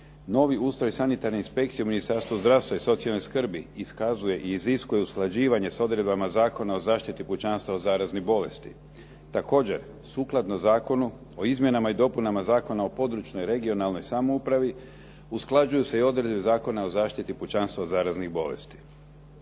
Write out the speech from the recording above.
novi ustroj sanitarne inspekcije u Ministarstvu zdravstva i socijalne skrbi iskazuje i iziskuje usklađivanje s odredbama Zakona o zaštiti pučanstva od zaraznih bolesti. Također, sukladno Zakonu o izmjenama i dopunama Zakona o područnoj i regionalnoj samoupravi usklađuju se i odredbe Zakona o zaštiti pučanstva od zaraznih bolesti.